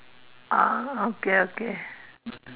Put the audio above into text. ah okay okay